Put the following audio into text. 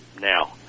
Now